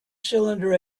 cylinder